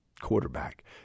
quarterback